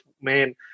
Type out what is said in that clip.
man